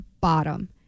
bottom